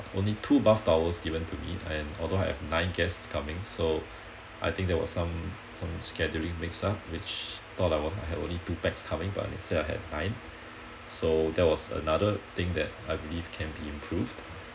only two bath towels given to me and although I have nine guests coming so I think there was some some scheduling missed up which thought I were I have only two pax coming but instead I have nine so there was another thing that I believe can be improved